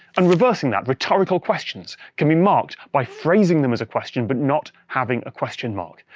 and reversing that, rhetorical questions can be marked by phrasing them as a question, but not having a question mark,